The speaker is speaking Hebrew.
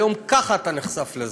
היום ככה אתה נחשף לזה.